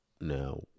Now